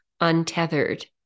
untethered